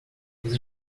dos